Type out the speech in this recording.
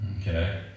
Okay